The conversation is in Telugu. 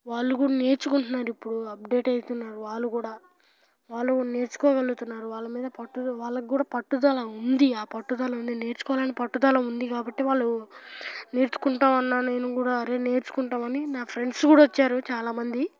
వాళ్ళు కూడా నేర్చుకొంటున్నారు ఇప్పుడు అప్డేట్ అవుతున్నారు వాళ్ళు కూడా వాళ్ళు నేర్చుకోగలుగుతున్నారు వాళ్ళ మీద పట్టు వాళ్ళకు కూడా పట్టుదల ఉంది ఆ పట్టుదల ఉంది నేర్చుకోవాలనే పట్టుదల ఉంది కాబట్టి వాళ్ళు నేర్చుకుంటాను అన్న నేను కూడా అరే నేర్చుకుంటామని నా ఫ్రెండ్స్ కూడా వచ్చారు చాలామంది